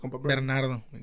Bernardo